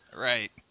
Right